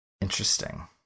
Interesting